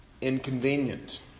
inconvenient